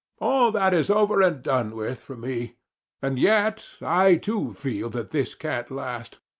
all that is over and done with for me and yet i too feel that this can't last.